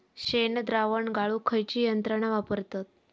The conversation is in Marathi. शेणद्रावण गाळूक खयची यंत्रणा वापरतत?